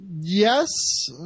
Yes